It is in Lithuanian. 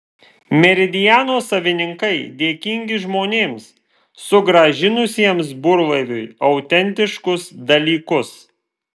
meridiano savininkai dėkingi žmonėms sugrąžinusiems burlaiviui autentiškus dalykus